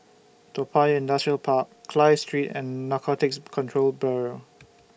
Toa Payoh Industrial Park Clive Street and Narcotics Control Bureau